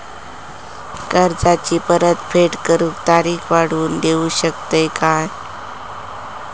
कर्जाची परत फेड करूक तारीख वाढवून देऊ शकतत काय?